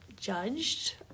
judged